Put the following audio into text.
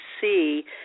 see –